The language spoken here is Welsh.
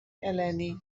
eleni